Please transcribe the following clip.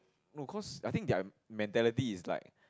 no cause I think their mentality is like